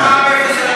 בעיה.